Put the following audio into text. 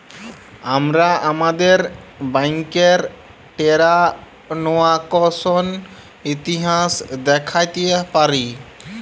আমরা আমাদের ব্যাংকের টেরানযাকসন ইতিহাস দ্যাখতে পারি